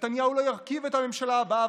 נתניהו לא ירכיב את הממשלה הבאה,